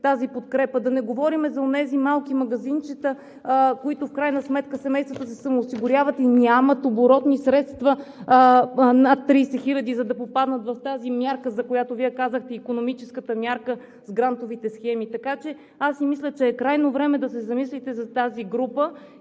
тази подкрепа. Да не говорим за онези малки магазинчета, в които в крайна сметка семействата се самоосигуряват и нямат над 30 хиляди оборотни средства, за да попаднат в тази мярка, за която Вие казахте – икономическата мярка с грантовите схеми. Така че аз мисля, че е крайно време да се замислите за тази група.